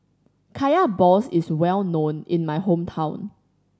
Kaya balls is well known in my hometown